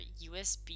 USB